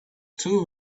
two